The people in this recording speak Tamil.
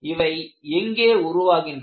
இவை எங்கே உருவாகின்றன